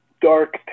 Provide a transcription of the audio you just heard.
dark